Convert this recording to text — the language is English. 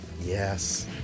Yes